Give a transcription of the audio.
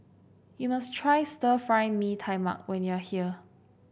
you must try Stir Fry Mee Tai Mak when you are here